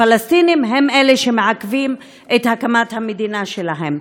הפלסטינים הם אלה שמעכבים את הקמת המדינה שלהם.